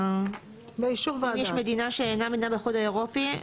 אם יש מדינה שאינה מדינה באיחוד האירופי,